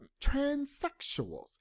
transsexuals